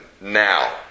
now